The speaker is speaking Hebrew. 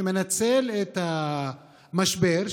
שמנצל את המשבר,